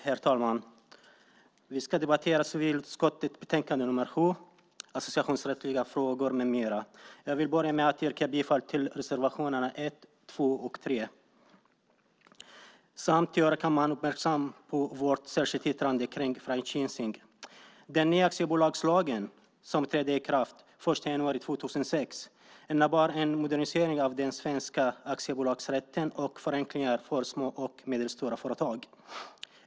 Herr talman! Vi ska debattera civilutskottets betänkande nr 7, Associationsrättsliga frågor m.m. Jag vill börja med att yrka bifall till reservationerna 1, 2 och 3 samt göra kammaren uppmärksam på vårt särskilda yttrande kring franchising. Den nya aktiebolagslagen, som trädde i kraft den 1 januari 2006, innebar en modernisering av den svenska aktiebolagsrätten och förenklingar för små och medelstora företag.